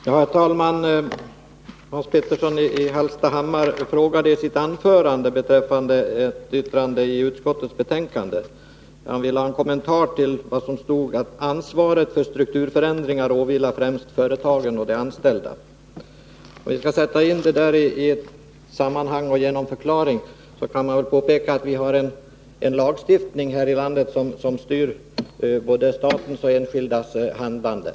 Herr talman! Hans Petersson i Hallstahammar ville ha en kommentar till uttalandet i betänkandet om att ansvaret för strukturförändringar främst åvilar företagen och de anställda. Jag vill påpeka att det finns en lagstiftning i detta land som styr både statens och de enskildas handlande.